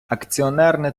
акціонерне